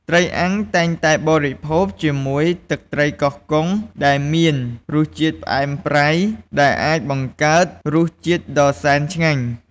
ត្រីអាំង តែងតែបរិភោគជាមួយទឹកត្រីកោះកុង ដែលមានរសជាតិផ្អែមប្រៃ ដែលអាចបង្កើតរសជាតិដ៏សែនឆ្ងាញ់។